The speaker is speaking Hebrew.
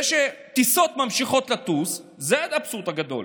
זה שטיסות ממשיכות לטוס, זה האבסורד הגדול.